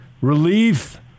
Relief